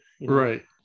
Right